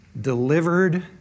delivered